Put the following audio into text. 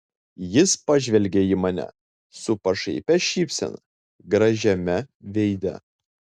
jis pažvelgė į mane su pašaipia šypsena gražiame veide